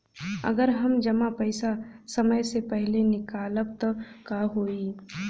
अगर हम जमा पैसा समय से पहिले निकालब त का होई?